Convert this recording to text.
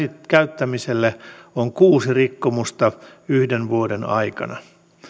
käyttämiselle on kuusi rikkomusta yhden vuoden aikana